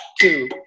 two